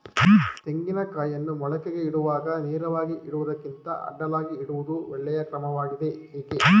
ತೆಂಗಿನ ಕಾಯಿಯನ್ನು ಮೊಳಕೆಗೆ ಇಡುವಾಗ ನೇರವಾಗಿ ಇಡುವುದಕ್ಕಿಂತ ಅಡ್ಡಲಾಗಿ ಇಡುವುದು ಒಳ್ಳೆಯ ಕ್ರಮವಾಗಿದೆ ಏಕೆ?